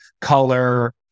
color